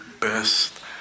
best